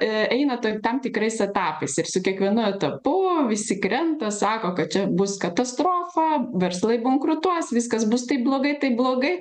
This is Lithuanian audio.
e eina to ir tam tikrais etapais ir su kiekvienu etapu visi krenta sako kad čia bus katastrofa verslai bankrutuos viskas bus taip blogai taip blogai